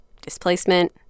displacement